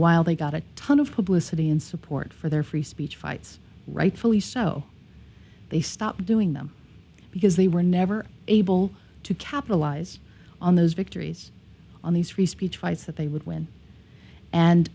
while they got a ton of publicity and support for their free speech fights rightfully so they stopped doing them because they were never able to capitalize on those victories on these free speech fights that they would win